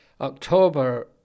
October